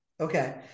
Okay